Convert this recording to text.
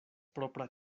propra